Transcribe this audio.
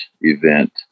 event